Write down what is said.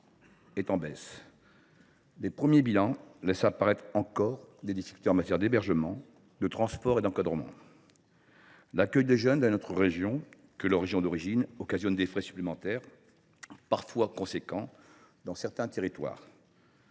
est en baisse. Les premiers bilans laissent encore apparaître des difficultés en matière d’hébergement, de transport et d’encadrement. L’accueil de jeunes dans une autre région que leur région d’origine occasionne des frais supplémentaires, parfois considérables dans certains territoires.